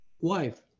wife